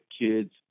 kids